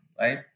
right